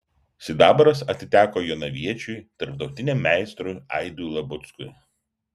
sidabras atiteko jonaviečiui tarptautiniam meistrui aidui labuckui